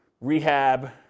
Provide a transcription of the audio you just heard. rehab